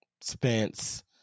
Spence